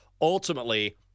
Ultimately